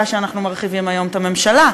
לכך שאנחנו מרחיבים היום את הממשלה.